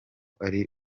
ari